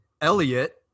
elliot